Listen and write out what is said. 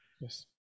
yes